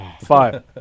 Five